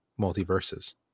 multiverses